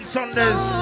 Sundays